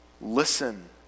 Listen